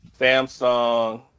Samsung